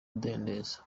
mudendezo